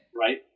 Right